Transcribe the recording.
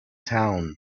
town